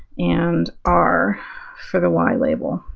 and r for the y label.